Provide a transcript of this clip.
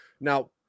Now